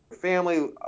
family